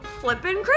flipping